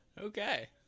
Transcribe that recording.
Okay